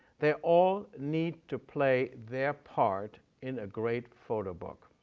they all need to play their part in a great photo book.